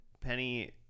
Penny